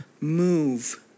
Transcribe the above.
move